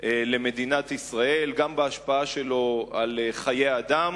למדינת ישראל, גם בהשפעה שלו על חיי אדם,